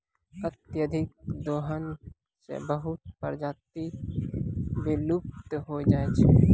अत्यधिक दोहन सें बहुत प्रजाति विलुप्त होय जाय छै